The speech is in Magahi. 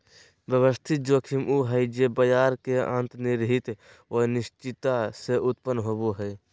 व्यवस्थित जोखिम उ हइ जे बाजार के अंतर्निहित अनिश्चितता से उत्पन्न होवो हइ